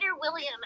William